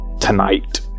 tonight